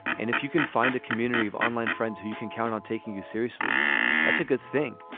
and if you can find a community of online friends who you can count on taking you seriously that's a good thing.